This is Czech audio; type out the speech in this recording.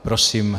Prosím.